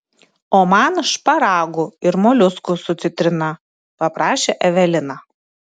o man šparagų ir moliuskų su citrina paprašė evelina